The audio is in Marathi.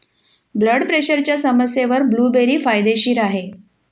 ब्लड प्रेशरच्या समस्येवर ब्लूबेरी फायदेशीर आहे